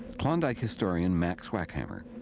klondike historian mack swackhammer.